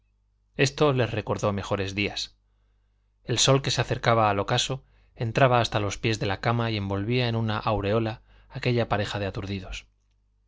esto les recordó mejores días el sol que se acercaba al ocaso entraba hasta los pies de la cama y envolvía en una aureola a aquella pareja de aturdidos